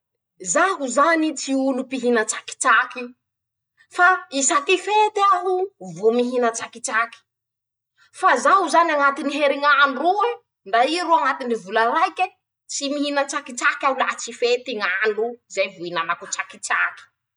<…>Zaho zany tsy olo pihina tsakitsaky, fa isaky fety aho vo mihina tsakitsaky, fa zaho zany añatiny heriñ'androo ndra ii ro añatiny vola raike, tsy mihina tsakitsaky aho laha tsy fety ñ'andro zay vo hinanako tsakitsaky.